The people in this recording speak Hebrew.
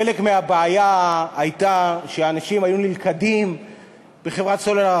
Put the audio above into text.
חלק מהבעיה הייתה שאנשים היו נלכדים בחברת סלולר